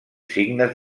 signes